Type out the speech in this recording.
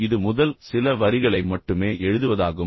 இது முதல் சில வரிகளை மட்டுமே எழுதுவதாகும்